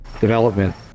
development